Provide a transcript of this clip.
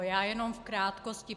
Já jenom v krátkosti.